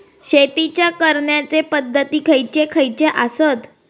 शेतीच्या करण्याचे पध्दती खैचे खैचे आसत?